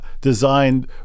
Designed